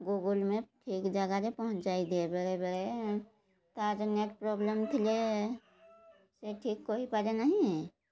Google map ଠିକ୍ ଜାଗାରେ ପହଞ୍ଚାଇ ଦିଏ ବେଳେବେଳେ ତା ନେଟ୍ ପ୍ରୋବ୍ଲେମ୍ ଥିଲେ ସେ ଠିକ୍ କହିପାରେ ନାହିଁ